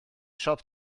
siop